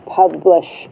publish